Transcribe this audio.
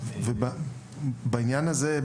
בעניין הזה,